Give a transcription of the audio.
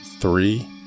Three